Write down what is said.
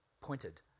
pointed